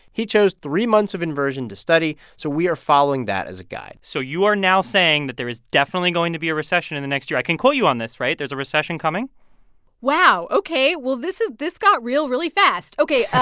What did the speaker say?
he chose three months of inversion to study, so we are following that as a guide so you are now saying that there is definitely going to be a recession in the next year. i can quote you on this, right? there's a recession coming wow, ok. well, this is this got real really fast. ok,